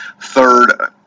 third